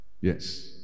Yes